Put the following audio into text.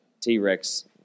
T-Rex